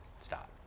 stop